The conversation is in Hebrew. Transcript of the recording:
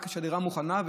רק כשהדירה מוכנה,